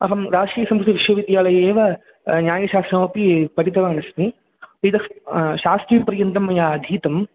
अहं राष्ट्रीयसंस्कृतविश्वविद्यालये एव न्यायशास्त्रमपि पठितवानस्मि इतः शास्त्रीपर्यन्तं मया अधीतं